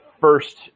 first